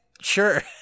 sure